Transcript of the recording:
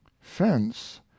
Fence